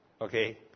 Okay